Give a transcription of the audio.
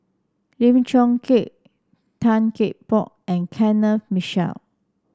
Lim Chong Keat Tan Cheng Bock and Kenneth Mitchell